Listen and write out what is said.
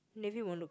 navy won't look cute